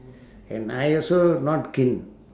and I also not keen